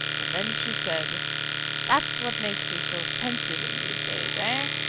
and then she said that's what makes you so pensive in these days, ah?